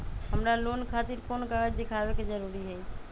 हमरा लोन खतिर कोन कागज दिखावे के जरूरी हई?